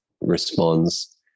responds